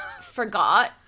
forgot